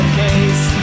case